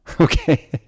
Okay